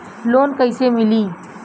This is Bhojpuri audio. लोन कइसे मिलि?